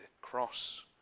cross